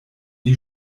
die